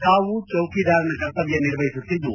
ತಾವು ಚೌಕಿದಾರನ ಕರ್ತವ್ಯ ನಿರ್ವಹಿಸುತ್ತಿದ್ದು